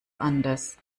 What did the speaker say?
anders